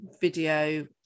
video